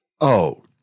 Oh